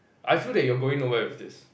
I feel that you're going nowhere with this